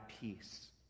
peace